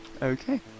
Okay